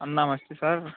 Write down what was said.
నమస్తే సార్